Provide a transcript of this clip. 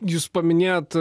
jūs paminėjot